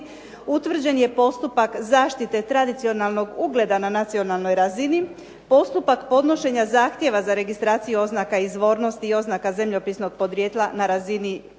utvrđen je postupak zaštite tradicionalnog ugleda na nacionalnoj razini, postupak podnošenja zahtjeva za registracije oznaka izvornosti i oznaka zemljopisnog podrijetla na razini Europske